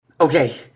Okay